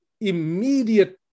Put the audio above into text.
immediate